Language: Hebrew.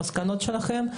המסקנות שלכם,